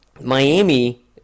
Miami